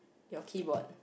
your keyboard